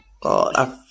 god